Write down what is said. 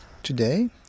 Today